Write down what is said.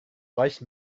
reichen